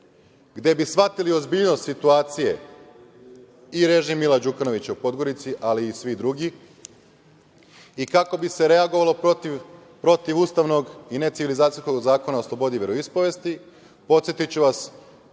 gde bi shvatili ozbiljnost situacije i režim Mila Đukanovića u Podgorici, ali i svih drugih i kako bi se reagovalo protiv ustavnog i necivilizacijskog Zakona o slobodi veroispovesti. Podsetiću vas,